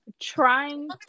trying